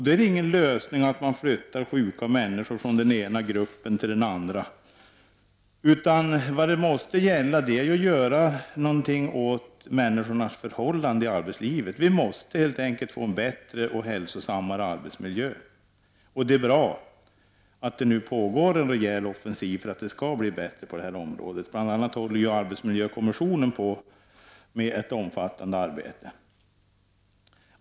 Då är det ingen lösning att flytta sjuka människor från den ena gruppen till den andra. Det som måste gälla är att göra något åt människornas förhållanden i arbetslivet. Vi måste helt enkelt få en bättre och hälsosammare arbetsmiljö. Det är bra att det nu pågår en rejäl offensiv för att det skall kunna bli bättre på det här området. Bl.a. håller arbetsmiljökommissionen på med ett omfattande arbete.